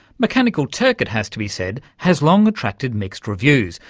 mechanical turk, it has to be said, has long attracted mixed reviews,